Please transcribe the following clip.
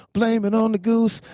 blame it on the goose,